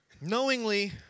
knowingly